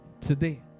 Today